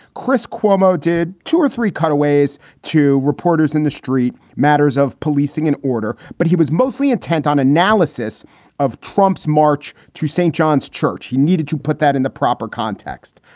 chris cuomo did two or three cutaways to reporters in the street, matters of policing and order. but he was mostly intent on analysis of trump's march to st. john's church. he needed to put that in the proper context.